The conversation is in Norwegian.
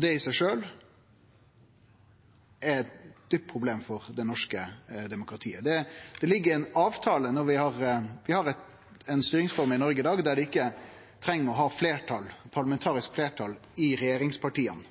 Det er i seg sjølv eit djupt problem for det norske demokratiet. Vi har ei styringsform i Noreg i dag der det ikkje treng å vere eit parlamentarisk fleirtal i regjeringspartia, ein